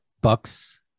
Bucks